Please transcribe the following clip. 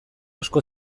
asko